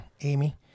amy